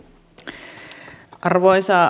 arvoisa puhemies